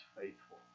faithful